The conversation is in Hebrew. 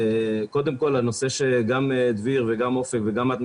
קודם כל לנושא שגם דביר וגם אופק וגם את,